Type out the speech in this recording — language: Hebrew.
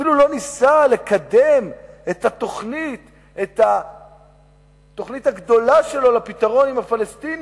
אפילו לא ניסה לקדם את התוכנית הגדולה שלו לפתרון עם הפלסטינים,